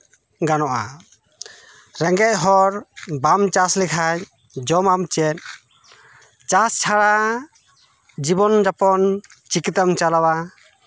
ᱜᱟᱱᱚᱜᱼᱟ ᱨᱮᱸᱜᱮᱡ ᱦᱚᱲ ᱵᱟᱢ ᱪᱟᱥ ᱞᱮᱠᱷᱟᱱ ᱡᱚᱢᱟᱢ ᱪᱮᱫ ᱪᱟᱥ ᱪᱷᱟᱲᱟ ᱡᱤᱵᱚᱱ ᱡᱟᱯᱚᱱ ᱪᱤᱠᱟᱹᱛᱮᱢ ᱪᱟᱞᱟᱣᱟ